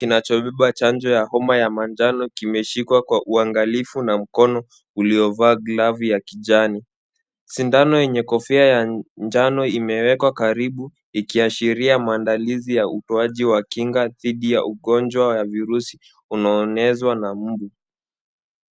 Kinachobeba chanjo ya homa ya manjano kimeshikwa kwa uangalifu na mkono uliovaa glavu ya kijani. Sindano yenye kofia ya njano imewekwa karibu ikiashiria maandalizi ya utoaji wa kinga dhidi ya ugonjwa ya virusi unaoenezwa na mbu.